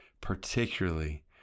particularly